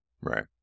right